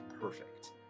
perfect